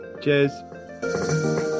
Cheers